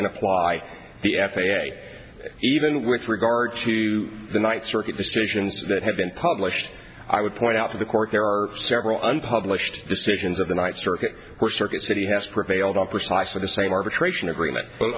and apply the f a a even with regard to the night circuit decisions that have been published i would point out to the court there are several unpublished decisions of the night circuit or circuit city has prevailed on precisely the same arbitration agreement